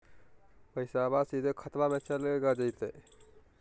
पैसाबा सीधे खतबा मे चलेगा जयते?